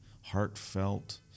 heartfelt